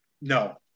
no